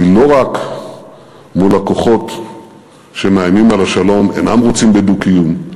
היא לא רק מול הכוחות שמאיימים על השלום ואינם רוצים בדו-קיום,